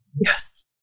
Yes